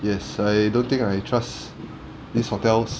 yes I don't think I trust this hotel's